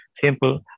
simple